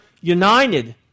united